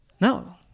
No